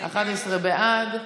11 בעד,